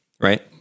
right